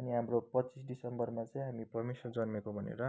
अनि हाम्रो पच्चिस डिसेम्बरमा चाहिँ हामी परमेश्वर जन्मेको भनेर